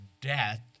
death